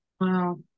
Wow